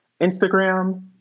Instagram